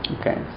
Okay